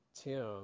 Tim